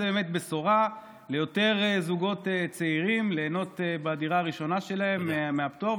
זאת באמת בשורה ליותר זוגות צעירים ליהנות בדירה הראשונה שלהם מהפטור,